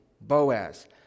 Boaz